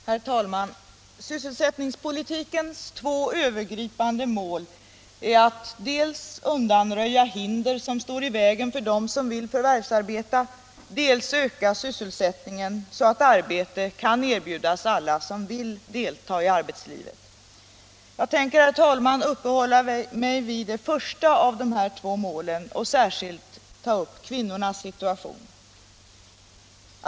Herr talman! Sysselsättningspolitikens två övergripande mål är att dels undanröja hinder som står i vägen för dem som vill förvärvsarbeta, dels öka sysselsättningen så att arbete kan erbjudas alla som vill delta i arbetslivet. Jag tänker uppehålla mig vid det förstnämnda av dessa mål och särskilt ta upp kvinnornas situation.